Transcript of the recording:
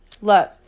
Look